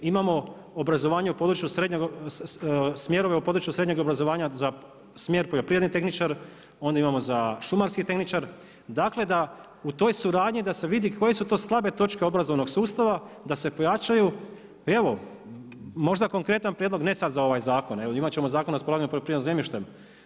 Imamo smjerove u području srednjeg obrazovanja za smjer poljoprivredni tehničar, onda imamo za šumarski tehničar, dakle da u toj suradnji da se vidi koje su to slabe točke obrazovnog sustava, da se pojačaju, evo možda konkretan prijedlog ne sad za ovaj zakon, imat ćemo zakon o raspolaganju poljoprivrednim zemljištem.